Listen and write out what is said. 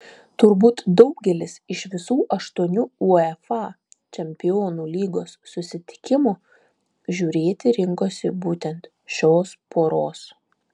turbūt daugelis iš visų aštuonių uefa čempionų lygos susitikimų žiūrėti rinkosi būtent šios poros